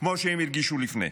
כמו שהם הרגישו לפני.